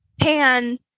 pan